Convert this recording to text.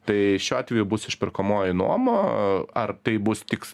tai šiuo atveju bus išperkamoji nuoma ar tai bus tiks